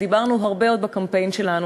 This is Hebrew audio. דיברנו הרבה עוד בקמפיין שלנו.